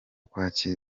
kwakira